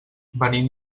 venim